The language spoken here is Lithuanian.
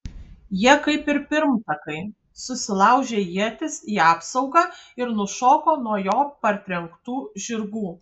jie kaip ir pirmtakai susilaužė ietis į apsaugą ir nušoko nuo jo partrenktų žirgų